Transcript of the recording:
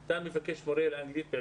אתה מבקש מורה לאנגלית,